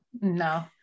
No